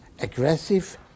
aggressive